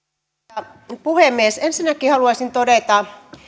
arvoisa puhemies ensinnäkin haluaisin todeta